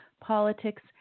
politics